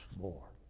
more